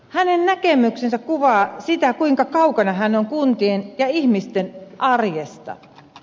hänen näkemyksensä kuvaa sitä kuinka kaukana hän on kuntien ja ihmisten arjesta